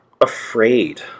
afraid